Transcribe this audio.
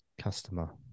customer